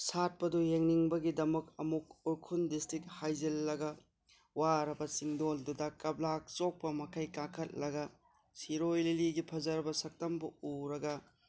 ꯁꯥꯠꯄꯗꯣ ꯌꯦꯡꯅꯤꯡꯕꯒꯤꯗꯃꯛ ꯑꯃꯨꯛ ꯎꯈ꯭ꯔꯨꯜ ꯗꯤꯁꯇ꯭ꯔꯤꯛ ꯍꯥꯏꯖꯤꯟꯂꯒ ꯋꯥꯔꯕ ꯆꯤꯡꯗꯣꯜꯗꯨꯗ ꯀꯞꯂꯥꯛ ꯆꯣꯛꯄ ꯃꯈꯩ ꯀꯥꯈꯠꯂꯒ ꯁꯤꯔꯣꯏ ꯂꯤꯂꯤꯒꯤ ꯐꯖꯔꯕ ꯁꯛꯇꯝꯕꯨ ꯎꯔꯒ